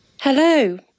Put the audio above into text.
Hello